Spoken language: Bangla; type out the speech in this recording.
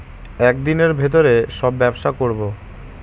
এক দিনের ভিতরে সব ব্যবসা করবো